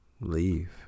Leave